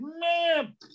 man